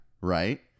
right